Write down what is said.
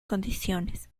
condiciones